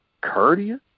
courteous